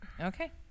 Okay